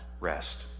rest